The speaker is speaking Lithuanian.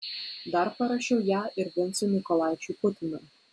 dar parašiau ją ir vincui mykolaičiui putinui